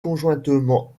conjointement